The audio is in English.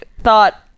thought